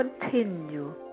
continue